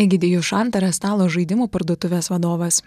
egidijus šantaras stalo žaidimų parduotuvės vadovas